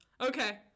Okay